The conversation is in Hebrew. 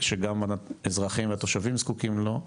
שגם אזרחים התושבים זקוקים לו,